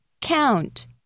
count